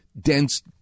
Dense